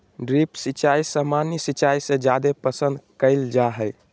drip सिंचाई सामान्य सिंचाई से जादे पसंद कईल जा हई